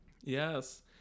Yes